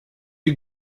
you